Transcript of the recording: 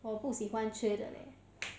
我不喜欢吃的 leh